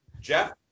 Jeff